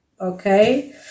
okay